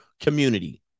community